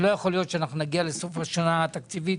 לא יכול להיות שנגיע לסוף השנה התקציבית